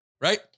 Right